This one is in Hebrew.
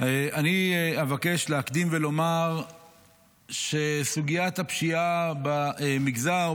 אני אבקש להקדים ולומר שסוגיית הפשיעה במגזר,